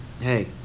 hey